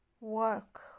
work